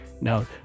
Now